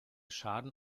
schaden